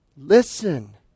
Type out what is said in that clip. listen